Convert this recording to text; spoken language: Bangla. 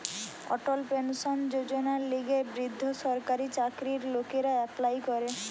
অটল পেনশন যোজনার লিগে বৃদ্ধ সরকারি চাকরির লোকরা এপ্লাই করে